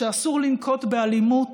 שאסור לנקוט אלימות